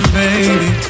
baby